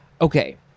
Okay